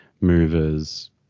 movers